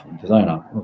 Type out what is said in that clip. designer